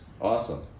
awesome